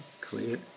clear